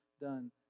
done